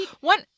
one